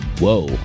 whoa